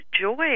joy